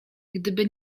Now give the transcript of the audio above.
gdyby